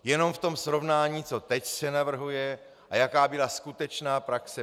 Jenom v tom srovnání, co teď se navrhuje a jaká byla skutečná praxe.